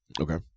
okay